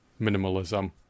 minimalism